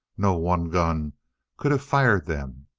no one gun could have fired them.